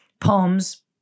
poems